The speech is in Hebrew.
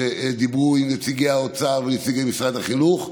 שדיברו עם נציגי האוצר ונציגי משרד החינוך.